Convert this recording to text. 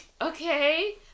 okay